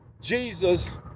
Jesus